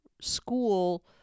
school